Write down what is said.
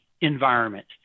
environment